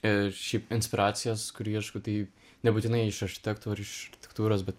ir šiaip inspiracijos kur ieškau tai nebūtinai iš architektų ar architektūros bet